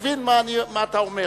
מבין מה אתה אומר.